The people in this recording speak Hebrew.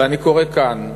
ואני קורא כאן,